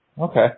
okay